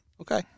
Okay